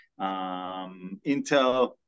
intel